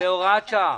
זאת הוראת שעה.